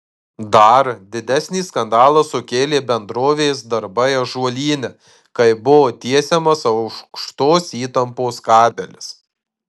dar didesnį skandalą sukėlė bendrovės darbai ąžuolyne kai buvo tiesiamas aukštos įtampos kabelis